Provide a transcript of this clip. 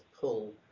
pull